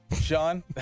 Sean